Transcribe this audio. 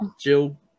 Jill